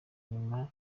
nyuma